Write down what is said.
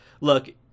look